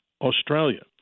Australia